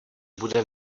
bude